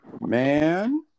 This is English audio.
Man